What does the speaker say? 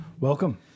Welcome